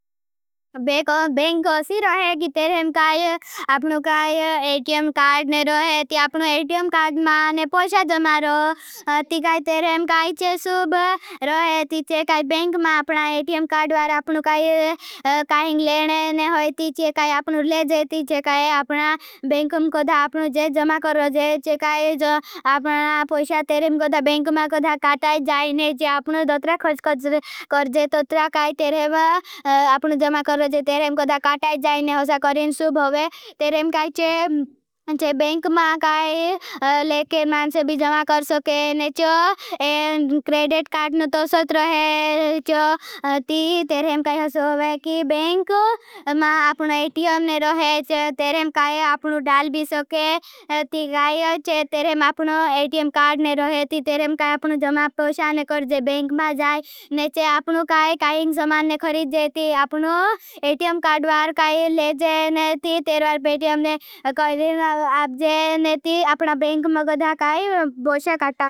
बेंक ओसी रोहे कि तेरेम काई आपनो काई कार्ड में रोहे। ती आपनो कार्ड मां ने पोशा जमारो ती काई तेरेम काई चे सूब रोहे। ती चे काई बेंक मां आपना कार्ड वार आपनो काई काहिंग लेने ने होई। ती चे काई आपनो ले जेती चे। काई आपना बेंक मे पोशा तेरेम कदा बेंक मां कदा काटाई जाएने चे। आपनो दोत्रा करजे तोत्रा काई तेरेम आपनो जमारो तेरेम कदा काटाई जाएने होसा करें। सुब होवे तेरेम काई चे बेंक मां काई लेके मां से भी जमार कर सकेने। चो क्रेड़ेट कार्ड नो तो सत्र है। चो तेरेम काई होसा होवे की बेंक मगदा काई बोशा कटा।